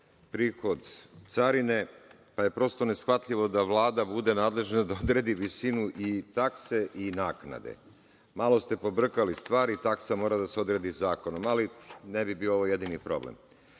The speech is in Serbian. prihod carine, pa je prosto neshvatljivo da Vlada bude nadležna da odredi visinu i takse i naknade. Malo ste pobrkali stvari. Taksa mora da se odredi zakonom, ali ne bi bio ovo jedini problem. Što